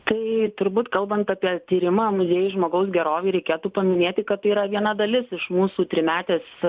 tai turbūt kalbant apie tyrimą muziejai žmogaus gerovei reikėtų paminėti kad yra viena dalis iš mūsų trimetės